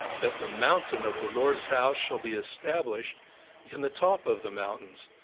that the mountain of the lord's house shall be established in the top of the mountains.